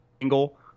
angle